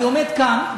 אני עומד כאן,